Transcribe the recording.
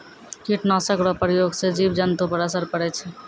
कीट नाशक रो प्रयोग से जिव जन्तु पर असर पड़ै छै